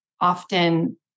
often